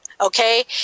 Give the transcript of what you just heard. okay